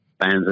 fans